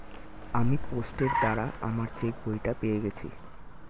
আমি পোস্টের দ্বারা আমার চেকবইটা পেয়ে গেছি